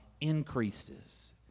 increases